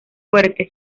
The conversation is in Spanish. fuerte